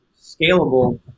scalable